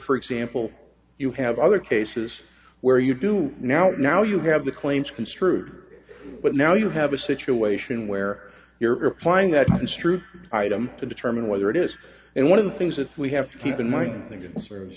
for example you have other cases where you do now now you have the claims construed but now you have a situation where you're applying that it's truth item to determine whether it is and one of the things that we have to keep in mind i think it serves